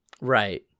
Right